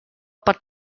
pot